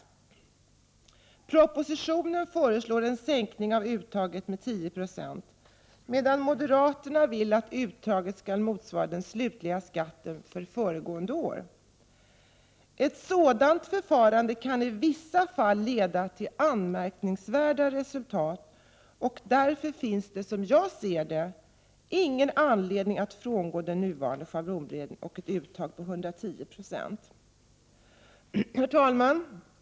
I propositionen föreslås en sänkning av uttaget med 10 26, medan moderaterna vill att uttaget skall motsvara den slutliga skatten för föregående år. Ett sådant förfarande kan i vissa fall leda till anmärkningsvärda resultat. Därför finns det, som jag ser det, ingen anledning att frångå den nuvarande schablonregeln och ett uttag på 110 96. Herr talman!